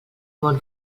món